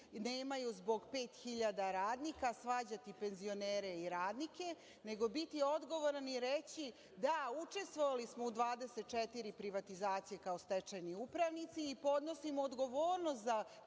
nemaju zbog 5.000 radnika, pa svađati penzionere i radnike, nego biti odgovoran i reći – da, učestvovali smo u 24 privatizacije kao stečajni upravnici i podnosimo odgovornost za